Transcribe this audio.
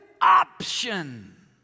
option